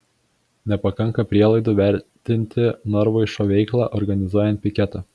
nepakanka prielaidų vertinti narvoišo veiklą organizuojant piketą